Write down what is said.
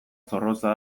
zorrotza